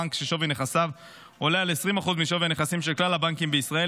כבנק ששווי נכסיו עולה על 20% משווי הנכסים של כלל הבנקים בישראל,